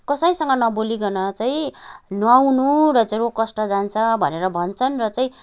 कसैसँग नबोलिकन चाहिँ नुहाउनु र चाहिँ रोग कष्ट जान्छ भनेर भन्छन् र चाहिँ